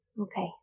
Okay